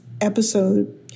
episode